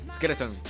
Skeleton，